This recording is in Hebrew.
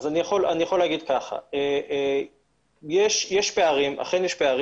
אני יכול לומר שאכן יש פערים.